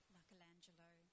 Michelangelo